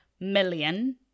million